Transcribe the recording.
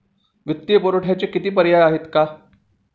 वित्तीय पुरवठ्याचे किती पर्याय आहेत का?